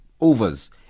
overs